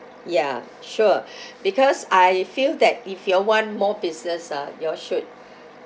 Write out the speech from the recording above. ya sure because I feel that if you all want more business ah you all should